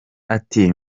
ati